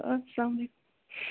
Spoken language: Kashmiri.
اسلام علیکُم